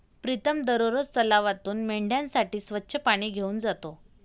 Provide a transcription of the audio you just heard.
प्रीतम दररोज तलावातून मेंढ्यांसाठी स्वच्छ पाणी घेऊन जातो